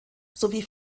sowie